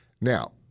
Now